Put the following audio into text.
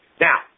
Now